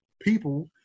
people